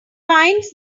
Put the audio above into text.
finds